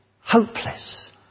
hopeless